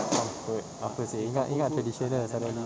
comfort apa seh ingat ingat traditional siap lagi